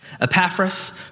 Epaphras